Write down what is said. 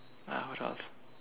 uh what else